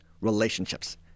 relationships